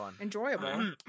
enjoyable